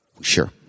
Sure